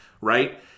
right